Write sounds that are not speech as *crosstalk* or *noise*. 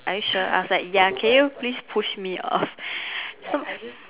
are you sure I was like ya can you please push me off *breath* so